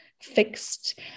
fixed